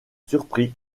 surpris